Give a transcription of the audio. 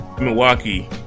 Milwaukee